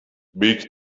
big